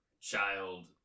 child